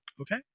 Okay